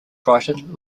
brighton